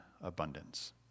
abundance